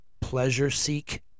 pleasure-seek